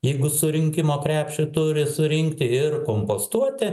jeigu surinkimo krepšį turi surinkti ir kompostuoti